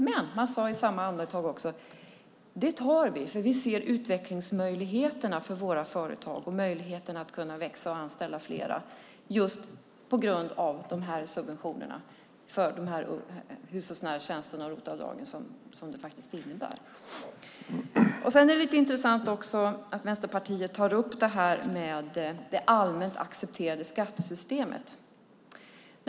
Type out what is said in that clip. Men man sade också i samma andetag: Det tar vi, eftersom vi ser utvecklingsmöjligheterna för våra företag och möjligheterna att kunna växa och anställa flera just på grund av de subventioner för de hushållsnära tjänsterna och ROT-avdragen som det innebär. Det är också lite intressant att Vänsterpartiet tar upp det allmänt accepterade skattesystemet.